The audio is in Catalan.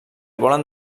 volen